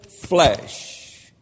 flesh